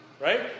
right